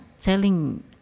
telling